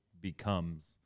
becomes